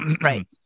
Right